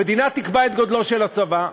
המדינה תקבע את גודלו של הצבא.